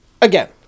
again